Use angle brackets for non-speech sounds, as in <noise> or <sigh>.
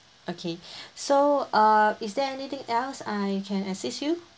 okay <breath> so uh is there anything else I can assist you